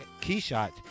KeyShot